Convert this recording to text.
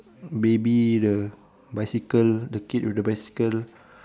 baby the bicycle the kid with the bicycle